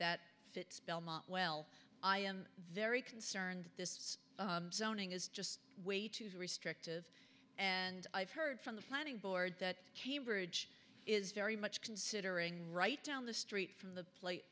that fits belmont well i am very concerned this is just way too restrictive and i've heard from the planning board that cambridge is very much considering right down the street from the plate